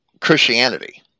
Christianity